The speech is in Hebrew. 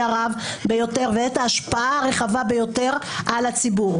הרב ביותר ואת ההשפעה הרחבה ביותר על הציבור,